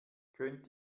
könnt